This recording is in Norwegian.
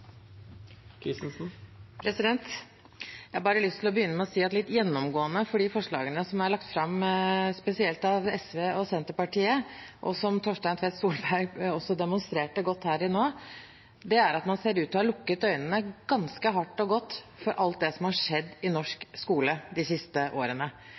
lagt fram, spesielt av SV og Senterpartiet, som også Torstein Tvedt Solberg demonstrerte godt her nå, er at man ser ut til å ha lukket øynene ganske hardt og godt for alt som har skjedd i norsk skole de siste årene.